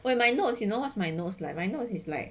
when my notes you know what's my notes like my notes is like